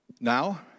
now